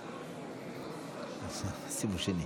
נגד אופיר סופר, נגד אורית מלכה סטרוק,